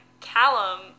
Callum